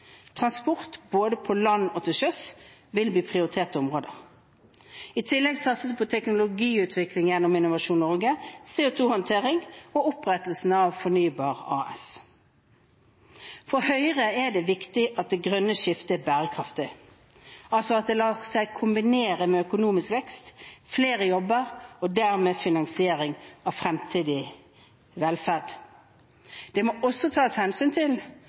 Transport både på land og til sjøs vil bli prioriterte områder. I tillegg satses det på teknologiutviklingen gjennom Innovasjon Norge, CO 2 -håndtering og opprettelsen av Fornybar AS. For Høyre er det viktig at det grønne skiftet er bærekraftig, altså at det lar seg kombinere med økonomisk vekst, flere jobber og dermed finansiering av fremtidig velferd. Det må også tas hensyn til